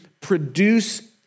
produce